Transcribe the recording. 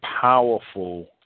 powerful